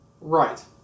Right